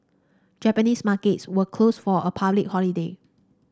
Japanese markets were closed for a public holiday